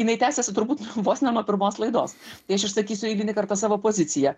jinai tęsiasi turbūt vos ne nuo pirmos laidos tai aš išsakysiu eilinį kartą savo poziciją